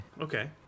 Okay